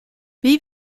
wie